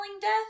death